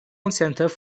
incentive